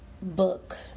Book